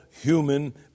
human